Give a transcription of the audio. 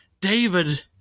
David